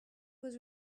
was